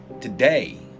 Today